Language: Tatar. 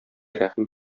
рәхим